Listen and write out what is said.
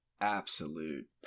absolute